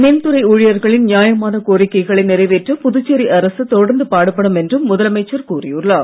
மின் துறை ஊழியர்களின் நியாயமான கோரிக்கைகளை நிறைவேற்ற புதுச்சேரி அரசு தொடர்ந்து பாடுபடும் என்றும் முதலமைச்சர் கூறியுள்ளார்